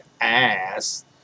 ass